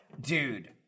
Dude